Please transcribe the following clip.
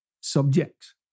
subjects